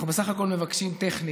אנחנו בסך הכול מבקשים, טכנית,